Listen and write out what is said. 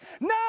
no